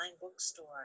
bookstore